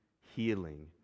healing